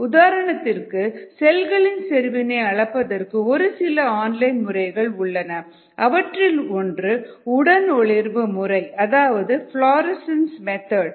உதாரணத்திற்கு செல்களின் செறிவினை அளப்பதற்கு ஒருசில ஆன்லைன் முறைகள் உள்ளன அவற்றில் ஒன்று உடனொளிர்வு முறை அதாவது ஃபிளாரன்ஸ் மெத்தட்